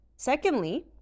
Secondly